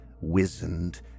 wizened